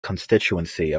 constituency